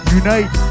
unite